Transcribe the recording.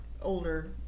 older